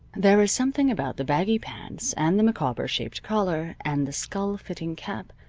there is something about the baggy pants, and the micawber-shaped collar, and the skull-fitting cap,